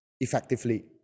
effectively